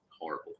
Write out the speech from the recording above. Horrible